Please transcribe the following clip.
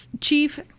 chief